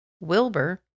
Wilbur